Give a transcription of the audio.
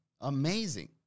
Amazing